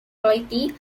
quality